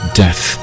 death